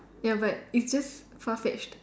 ya but it's just far-fetched